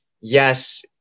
yes